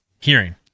hearing